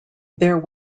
there